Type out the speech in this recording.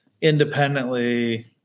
independently